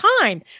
time